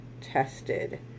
tested